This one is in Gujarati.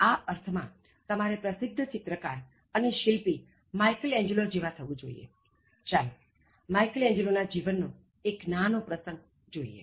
આ અર્થ માં તમારે પ્રસિધ્ધ ચિત્રકાર અને શિલ્પી માઇકલએંજલો જેવા થવું જોઇએ ચાલો માઇકલએંજલો ના જીવનનો એક નાનો પ્રસંગ જોઇએ